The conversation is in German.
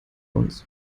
uns